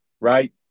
right